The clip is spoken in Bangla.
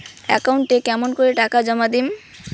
একাউন্টে কেমন করি টাকা জমা দিম?